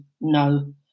no